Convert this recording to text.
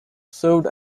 served